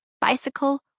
bicycle